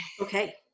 Okay